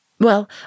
Well